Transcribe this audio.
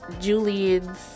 Julian's